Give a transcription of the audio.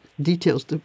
details